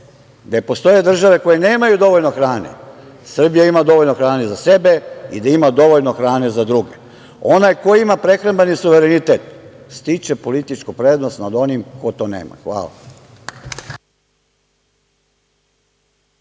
gde postoje države koje nemaju dovoljno hrane, Srbija ima dovoljno hrane za sebe i da ima dovoljno hrane za druge. Onaj koji ima prehrambeni suverenitet, stiče političku prednost nad onim ko to nema. Hvala.